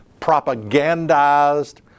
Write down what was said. propagandized